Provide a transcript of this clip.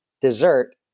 dessert